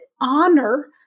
honor